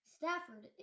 Stafford